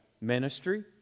ministry